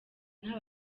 nta